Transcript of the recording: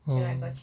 oh